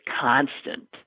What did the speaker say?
constant